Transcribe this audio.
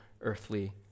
earthly